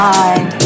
mind